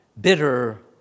bitter